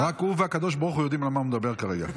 רק הוא והקדוש ברוך הוא יודעים על מה הוא מדבר כרגע.